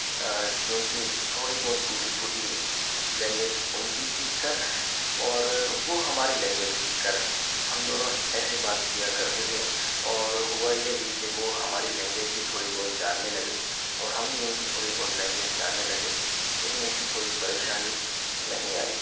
थोड़ी बहुत टूटी फूटी लैंग्वेज उनकी सीख कर और वो हमारी लैंग्वेज सीख कर हम दोनों ऐसे बात किया करते थे और हुआ ये भी कि वो हमारी लैंग्वेज भी थोड़ी बहुत जानने लगे और हम भी उनकी थोड़ी बहुत लैंग्वेज जानने लगे लेकिन ऐसी कोई परेशानी नहीं आई